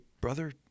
brother